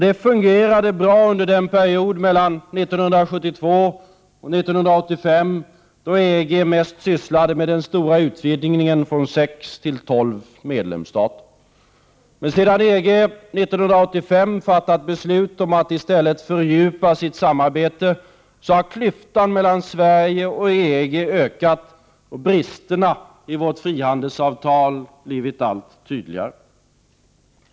Det fungerade bra under en period mellan 1972 och 1985, då EG mest sysslade med den stora utvidgningen från sex till tolv medlemsstater. Men sedan EG år 1985 fattat beslut om att i stället fördjupa sitt samarbete har klyftan mellan Sverige och EG ökat och bristerna i vårt frihandelsavtal blivit allt tydligare.